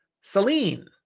Celine